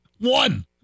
One